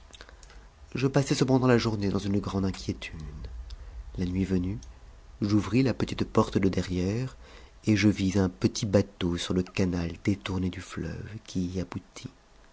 je passai cependant la journée dans une grande inquiétude la nuit venue j'ouvris la petite porte de derrière et je vis un petit bateau sur le canal détourné du fleuve qui y aboutit